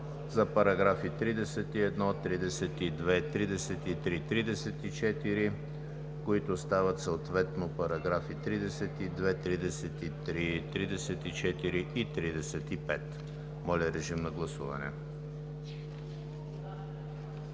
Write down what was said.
за параграфи 31, 32, 33 и 34, които стават съответно параграфи 32, 33, 34 и 35. Гласували